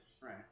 Right